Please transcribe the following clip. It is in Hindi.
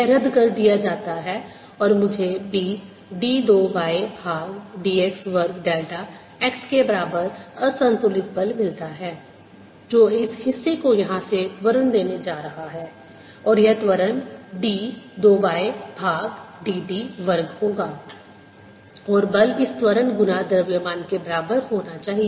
यह रद्द कर दिया जाता है और मुझे B d 2 y भाग dx वर्ग डेल्टा x के बराबर असंतुलित बल मिलता है जो इस हिस्से को यहां से त्वरण देने जा रहा है और यह त्वरण d 2 y भाग dt वर्ग होगा और बल इस त्वरण गुना द्रव्यमान के बराबर होना चाहिए